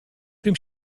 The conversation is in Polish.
tym